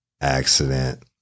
Accident